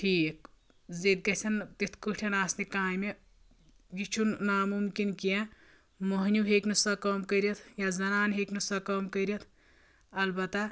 ٹھیٖک زِ ییٚتہِ گژھن تیتھ کٲٹھۍ آسنہِ کامہِ یہِ چھُنہٕ نامُمکِن کیٛنٚہہ مٔہنیوٗ ہیکہِ نہٕ سۄ کٲم کٔرِتھ یا زنان ہیٚکہِ نہٕ سۄ کٲم کٔرِتھ البتہ